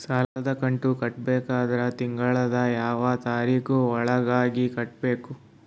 ಸಾಲದ ಕಂತು ಕಟ್ಟಬೇಕಾದರ ತಿಂಗಳದ ಯಾವ ತಾರೀಖ ಒಳಗಾಗಿ ಕಟ್ಟಬೇಕು?